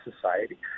society